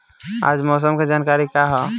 आज मौसम के जानकारी का ह?